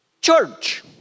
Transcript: Church